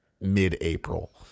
mid-April